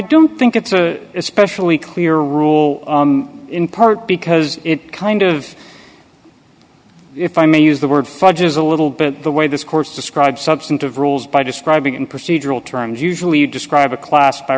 don't think it's especially clear rule in part because it kind of if i may use the word fudge is a little bit the way discourse describes substantive rules by describing in procedural terms usually you describe a class by